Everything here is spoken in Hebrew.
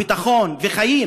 ביטחון וחיים,